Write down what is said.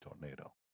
tornado